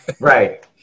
right